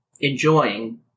enjoying